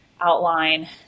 outline